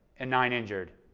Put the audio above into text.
and nine injured.